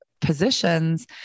positions